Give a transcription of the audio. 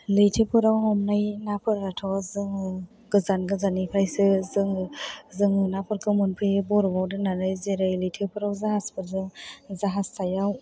लैथोफोराव हमनाय नाफोराथ' जोङो गोजान गोजाननिफ्रायसो जोङो नाफोरखौ मोनफैयो बरफआव दोननानै जेरै लैथोफोराव जाहाजफोराव जाहाज सायाव